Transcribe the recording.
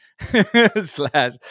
slash